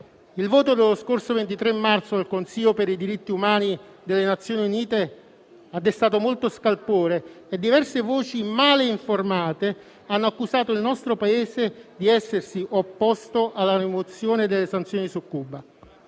Il voto dello scorso 23 marzo del Consiglio per i diritti umani delle Nazioni Unite ha destato molto scalpore e diverse voci male informate hanno accusato il nostro Paese di essersi opposto alla rimozione delle sanzioni su Cuba.